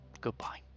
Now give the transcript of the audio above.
Goodbye